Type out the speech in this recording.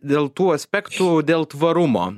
dėl tų aspektų dėl tvarumo